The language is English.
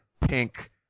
pink